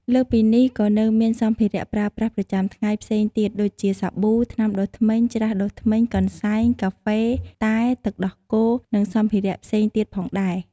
លើសពីនេះ ក៏នៅមានសម្ភារៈប្រើប្រាស់ប្រចាំថ្ងៃផ្សេងទៀតដូចជា សាប៊ូ ថ្នាំដុសធ្មេញ ច្រាសដុសធ្មេញ កន្សែង កាហ្វេ តែ ទឹកដោះគោ និងសម្ភារៈផ្សេងទៀតផងដែរ។